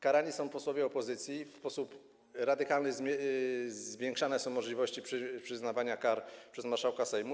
Karani są posłowie opozycji, w sposób radykalny zwiększane są możliwości przyznawania kar przez marszałka Sejmu.